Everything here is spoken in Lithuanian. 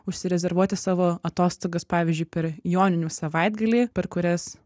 užsirezervuoti savo atostogas pavyzdžiui per joninių savaitgalį per kurias